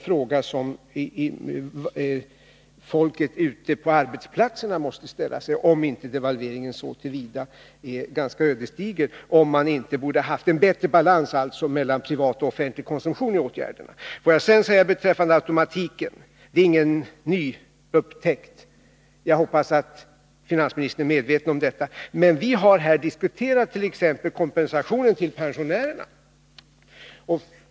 Folket ute på arbetsplatserna måste ställa sig frågan om inte devalveringen blir ödesdiger för privatekonomin. Man borde ha haft en bättre balans mellan privat och offentlig konsumtion i åtgärderna. Får jag sedan säga beträffande automatiken att den inte är någon ny upptäckt. Jag hoppas att finansministern är medveten om detta. Men vi har diskuterat t.ex. kompensationer för pensionärerna.